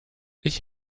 ich